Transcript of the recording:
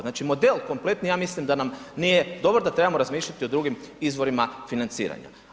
Znači model kompletni ja mislim da nije, dobro da trebamo razmišljati o drugim izvorima financiranja.